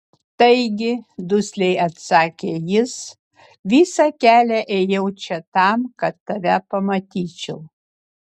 taigi dusliai atsakė jis visą kelią ėjau čia tam kad tave pamatyčiau